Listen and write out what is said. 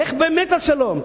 לך באמת על שלום,